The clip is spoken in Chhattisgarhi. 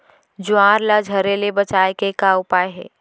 ज्वार ला झरे ले बचाए के का उपाय हे?